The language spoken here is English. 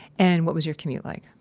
and what was your commute like?